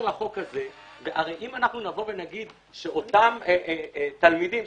הרי אם נבוא ונגיד שאותם תלמידים,